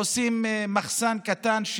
עושים מחסן קטן,